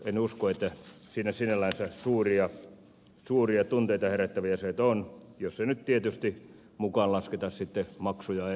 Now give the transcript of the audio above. en usko että siinä sinällänsä suuria tunteita herättäviä asioita on jos ei nyt tietysti mukaan lasketa sitten maksuja eulle